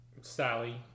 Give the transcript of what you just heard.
Sally